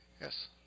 Yes